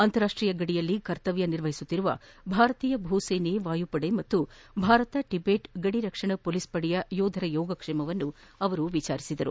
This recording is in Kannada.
ಅಂತಾರಾಷ್ಷೀಯ ಗಡಿಯಲ್ಲಿ ಕರ್ತವ್ನ ನಿರ್ವಹಿಸುತ್ತಿರುವ ಭಾರತೀಯ ಭೂ ಸೇನೆ ವಾಯುಪಡೆ ಮತ್ತು ಭಾರತ ಟಿಬೆಟ್ ಗಡಿ ಪೊಲೀಸ್ ಪಡೆಯ ಯೋಧರ ಯೋಗಕ್ಷೇಮ ವಿಚಾರಿಸಿದರು